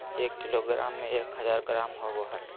एक किलोग्राम में एक हजार ग्राम होबो हइ